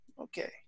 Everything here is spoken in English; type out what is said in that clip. Okay